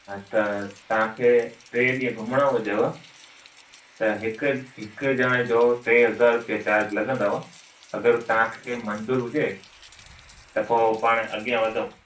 हा त तव्हांखे टे ॾींहं घुमणु हुजेव त हिकु हिकु ॼणे जो टे हज़ार चार्ज लॻंदव अगरि तव्हांखे मंज़ूरु हुजे त पोइ पाण अॻियां वधूं